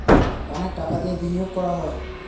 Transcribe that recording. অনেক টাকা দিয়ে বিনিয়োগ করা হয়